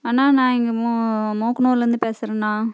அண்ணா நான் இங்கே மூ மூக்கனூரிலேந்து பேசுகிறேன்ணா